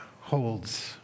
holds